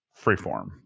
freeform